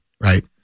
right